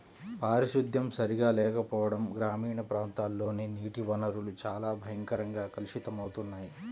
పారిశుద్ధ్యం సరిగా లేకపోవడం గ్రామీణ ప్రాంతాల్లోని నీటి వనరులు చాలా భయంకరంగా కలుషితమవుతున్నాయి